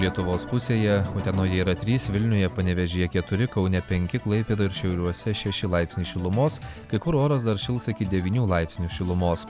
lietuvos pusėje utenoje yra trys vilniuje panevėžyje keturi kaune penki klaipėdoj ir šiauliuose šeši laipsniai šilumos kai kur oras dar šils iki devynių laipsnių šilumos